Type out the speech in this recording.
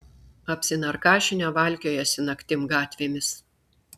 apsinarkašinę valkiojasi naktim gatvėmis